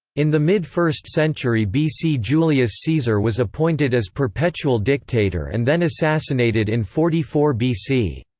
in the mid first century bc julius caesar was appointed as perpetual dictator and then assassinated in forty four bc.